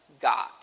God